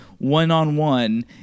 one-on-one